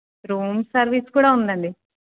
room service కూడా ఉందండి